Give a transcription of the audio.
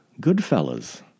Goodfellas